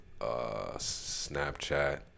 Snapchat